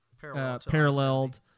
paralleled